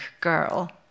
girl